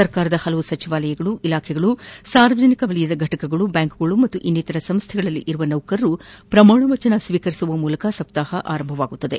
ಸರ್ಕಾರದ ಹಲವು ಸಚಿವಾಲಯಗಳು ಇಲಾಖೆಗಳು ಸಾರ್ವಜನಿಕ ವಲಯದ ಫಟಕಗಳು ಬ್ಲಾಂಕುಗಳು ಹಾಗೂ ಇನ್ನಿತರ ಸಂಸ್ಥೆಗಳಲ್ಲಿ ಇರುವ ನೌಕರರು ಪ್ರಮಾಣವಚನ ಸ್ವೀಕರಿಸುವ ಮೂಲಕ ಸಪ್ತಾಹ ಆರಂಭಗೊಳ್ಳಲಿದೆ